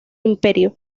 imperio